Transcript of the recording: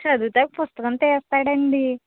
చదువుతాడు పుస్తకం తీస్తాడండీ